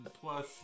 plus